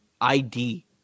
ID